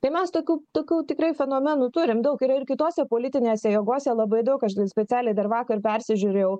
tai mes tokių tokių tikrai fenomenų turim daug kitose politinėse jėgose labai daug aš specialiai dar vakar persižiūrėjau